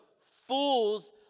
fools